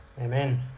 Amen